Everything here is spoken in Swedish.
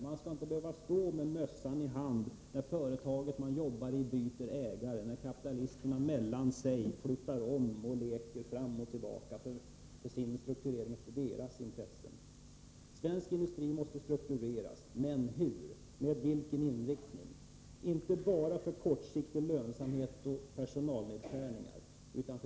Man skall inte behöva stå med mössan i hand när företaget där man arbetar byter ägare, när kapitalisterna sinsemellan gör olika byten och strukturerar som det bäst passar dem. Svensk industri måste struktureras — men hur, med vilken inriktning? Det skall inte bara vara för kortsiktig lönsamhet —t.ex. genom nedskärningar på personalsidan.